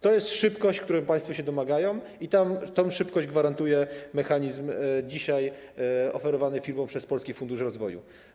To jest szybkość, której się państwo domagają, i tę szybkość gwarantuje mechanizm dzisiaj oferowany firmom przez Polski Fundusz Rozwoju.